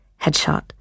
headshot